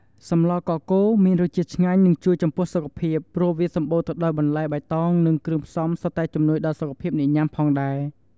សម្លកកូរមានរសជាតិឆ្ងាញ់និងជួយចំពោះសុខភាពព្រោះវាសំបូរទៅដោយបន្លែបៃតងនិងគ្រឿងផ្សំសុទ្ធតែជំនួយដល់សុខភាពអ្នកញាំផងដែរ។